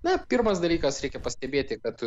na pirmas dalykas reikia pastebėti kad